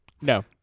No